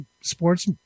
sports